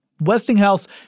Westinghouse